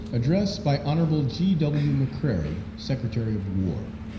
address by hon. g. w. mccrary, secretary of war.